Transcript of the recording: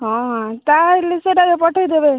ହଁ ତାହାଲେ ସେ'ଟା କେ ପଠେଇ ଦେବେ